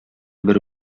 бер